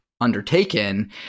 undertaken